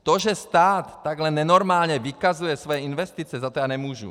To, že stát takhle nenormálně vykazuje své investice, za to já nemůžu.